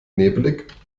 nebelig